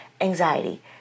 anxiety